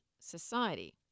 society